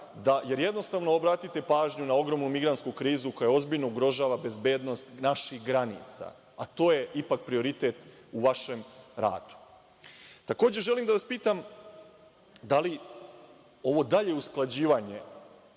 jer jednostavno, obratite pažnju na ogromnu migrantsku krizu, koja ozbiljno ugrožava bezbednost naših granica, a to je ipak prioritet u vašem radu. Takođe, želim da vas pitam, da li ovo dalje usklađivanje